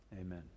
Amen